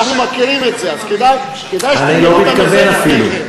איזה שירותים מקבלים המתים שם?